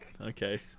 Okay